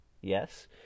Yes